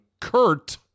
Kurt